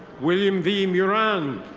william v. muran.